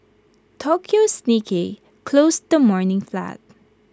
Tokyo's Nikkei closed the morning flat